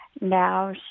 now